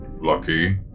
Lucky